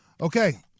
Okay